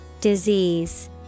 Disease